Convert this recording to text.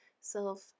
self